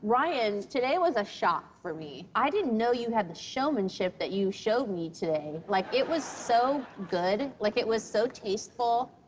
ryan, today was a shock for me. i didn't know you had the showmanship that you showed me today like, it was so good. like, it was so tasteful.